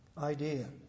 Idea